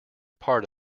part